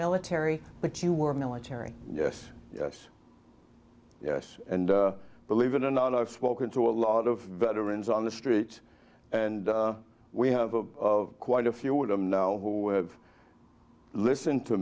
military but you were military yes yes yes and believe it or not i've spoken to a lot of veterans on the street and we have quite a few of them know who have listened to